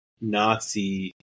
Nazi